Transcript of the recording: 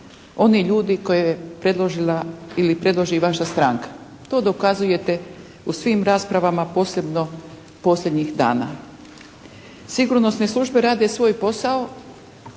oni ljudi koje je predložila ili predloži vaša stranka. To dokazujete u svim raspravama posebno posljednjih dana. Sigurnosne službe rade svoj posao